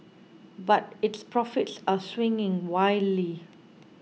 but its profits are swinging wildly